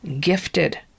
gifted